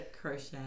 crochet